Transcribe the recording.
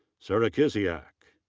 sara kiziak.